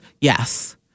Yes